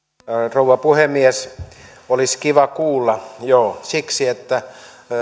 rouva puhemies olisi kiva kuulla joo siksi että